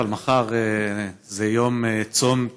אבל מחר זה יום צום,